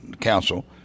council